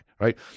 right